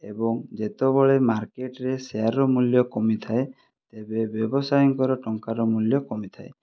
ଏବଂ ଯେତେବେଳେ ମାର୍କେଟରେ ସେୟାରର ମୂଲ୍ୟ କମିଥାଏ ତେବେ ବ୍ୟବସାୟୀଙ୍କର ଟଙ୍କାର ମୂଲ୍ୟ କମିଥାଏ